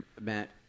Matt